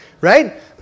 Right